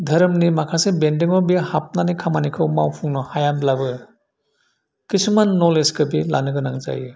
धोरोमनि माखासे बेन्दोंआव बेयो हाबनानै खामानिखौ मावफुंनो हायाब्लाबो खिसुमान नलेजखो बियो लानो गोनां जायो